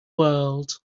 world